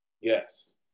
Yes